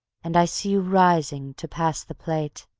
and i see you rising to pass the plate,